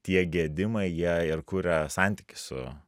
tie gedimai jie ir kuria santykį su